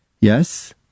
yes